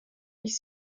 ich